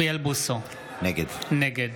נגד אוריאל בוסו, נגד